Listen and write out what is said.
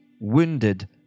wounded